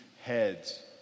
heads